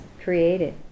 created